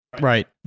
Right